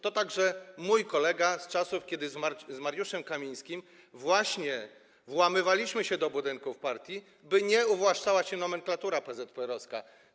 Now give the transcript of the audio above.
To także mój kolega z czasów, kiedy z Mariuszem Kamińskim włamywaliśmy się do budynków partii, by nie uwłaszczała się nomenklatura PZPR-owska.